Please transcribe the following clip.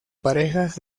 parejas